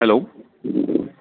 hello